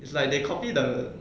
it's like they copy the